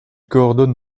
coordonne